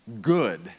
Good